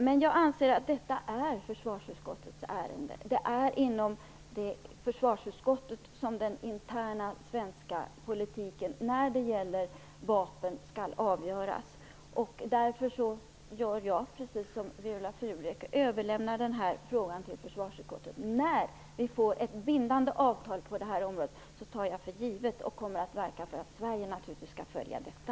Men jag anser att detta är försvarsutskottets ärende. Det är inom försvarsutskottet som den interna svenska politiken när det gäller vapen skall avgöras. Därför gör jag precis som Viola Furubjelke och överlämnar den här frågan till försvarsutskottet. När vi får ett bindande avtal på det här området tar jag för givet och kommer att verka för att Sverige skall följa detta.